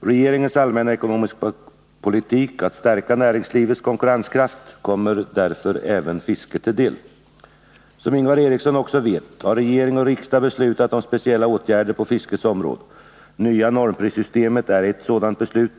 Regeringens allmänna ekonomiska politik att stärka näringslivets konkurrenskraft kommer därför även fisket till del. Som Ingvar Eriksson också vet har regering och riksdag beslutat om speciella åtgärder på fiskets område. Det nya normprissystemet är ett sådant beslut.